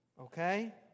okay